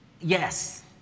Yes